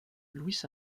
louis